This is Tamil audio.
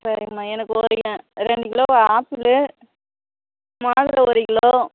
சரிங்கம்மா எனக்கு ஒரு ரெண்டு கிலோ ஆப்பிள் மாதுளை ஒரு கிலோ